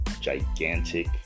gigantic